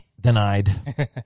denied